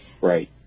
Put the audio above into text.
Right